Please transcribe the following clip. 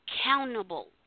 accountable